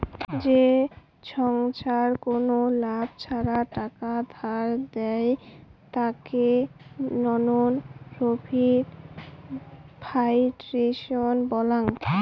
যে ছংস্থার কোনো লাভ ছাড়া টাকা ধার দেয়, তাকে নন প্রফিট ফাউন্ডেশন বলাঙ্গ